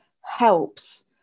helps